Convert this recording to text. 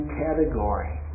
category